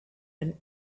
and